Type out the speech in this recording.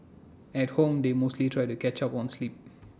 at home they mostly try to catch up on sleep